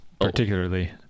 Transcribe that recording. particularly